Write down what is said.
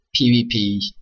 PvP